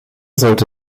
sollte